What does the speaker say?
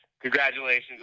Congratulations